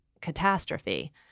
catastrophe